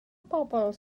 bobl